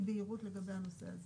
אתם יכולים לדבר אחר כך על הנושא הזה.